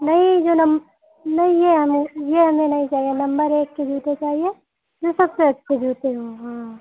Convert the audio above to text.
नहीं जो नम नहीं यह हमें यह हमें नहीं चाहिए नम्बर एक के जूते चाहिए जो सबसे अच्छे जूते हों हाँ